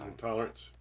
Intolerance